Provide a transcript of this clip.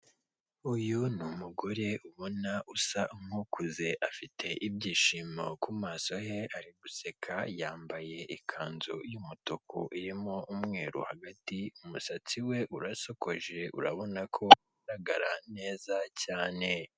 Uyu ni umugore ubona usa nk'ukuze afite ibyishimo ku maso he ari guseka, yambaye ikanzu y'umutuku irimo umweru hagati, umusatsi we urasokoje urabona ko ugaragara neza cyane.